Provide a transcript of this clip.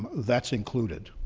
that's included.